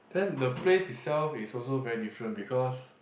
then the place itself is also very different because